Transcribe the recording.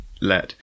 let